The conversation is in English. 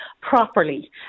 properly